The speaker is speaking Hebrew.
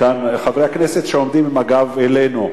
חברי הכנסת שעומדים עם הגב אלינו,